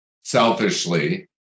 selfishly